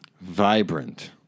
Vibrant